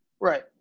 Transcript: Right